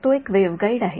तो एक वेव्हगाईड आहे